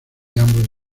ambos